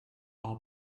are